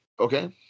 Okay